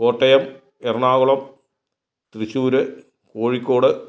Kottayam Ernakulam Thrissur Kozhikode